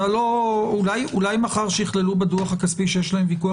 אולי מחר שיכללו בדוח הכספי שיש להם ויכוח